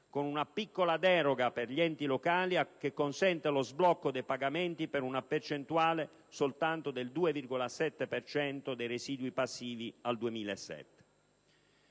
con una piccola deroga per gli enti locali che consente lo sblocco dei pagamenti per una percentuale soltanto del 2,7 per cento dei residui passivi al 2007.